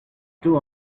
two